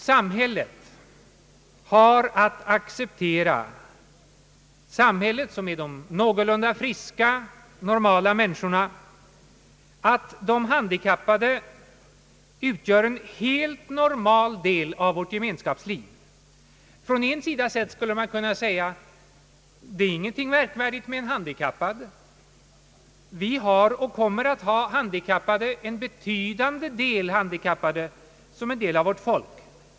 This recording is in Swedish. Samhället, som utgörs av de någorlunda friska och normala människorna, har att acceptera att de handikappade utgör en helt normal del av vårt gemenskapsliv. Man skulle kunna säga att det inte är något märkvärdigt med en handikappad. Vi har och kommer att ha en stor grupp handikappade såsom en del av vårt folk.